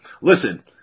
Listen